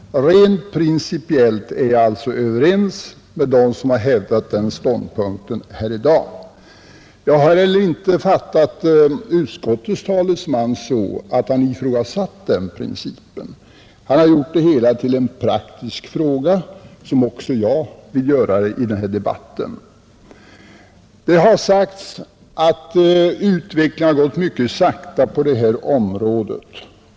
Rent principiellt är jag alltså överens med dem som har hävdat den ståndpunkten här i dag. Jag har heller inte uppfattat utskottets talesman så att han ifrågasatt den principen. Han har gjort det hela till en praktisk fråga, vilket också jag vill göra i den här debatten. Det har sagts att utvecklingen har gått mycket sakta på det här området.